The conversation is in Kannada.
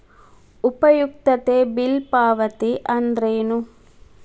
ಉಪಯುಕ್ತತೆ ಬಿಲ್ ಪಾವತಿ ಅಂದ್ರೇನು?